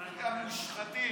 אתם מושחתים.